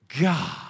God